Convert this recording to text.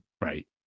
right